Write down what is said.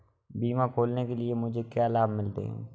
बीमा खोलने के लिए मुझे क्या लाभ मिलते हैं?